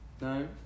No